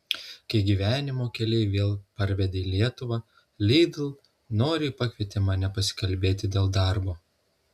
kai gyvenimo keliai vėl parvedė į lietuvą lidl noriai pakvietė mane pasikalbėti dėl darbo